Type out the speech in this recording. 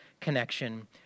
connection